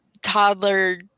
toddler